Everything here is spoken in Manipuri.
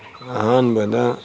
ꯑꯍꯥꯟꯕꯗ